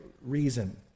reason